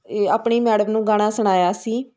ਇਹ ਆਪਣੀ ਮੈਡਮ ਨੂੰ ਗਾਣਾ ਸੁਣਾਇਆ ਸੀ